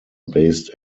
based